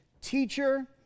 teacher